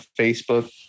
Facebook